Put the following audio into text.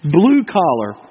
blue-collar